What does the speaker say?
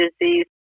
disease